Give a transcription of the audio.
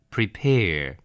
Prepare